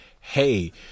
hey